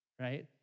right